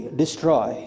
destroy